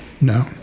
No